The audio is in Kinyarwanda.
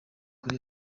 kuri